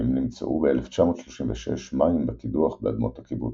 עקרים נמצאו ב-1936 מים בקידוח באדמות הקיבוץ.